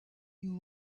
you